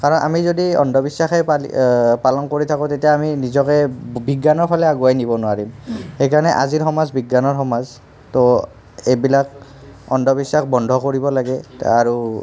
কাৰণ আমি যদি অন্ধবিশ্বাসেই পালি পালন কৰি থাকোঁ তেতিয়া আমি নিজকে বিজ্ঞানৰ ফালে আগুৱাই নিব নোৱাৰিম সেইকাৰণে আজিৰ সমাজ বিজ্ঞানৰ সমাজ তো এইবিলাক অন্ধবিশ্বাস বন্ধ কৰিব লাগে আৰু